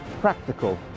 practical